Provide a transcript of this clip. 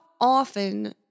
often